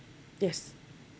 yes